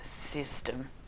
system